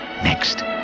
Next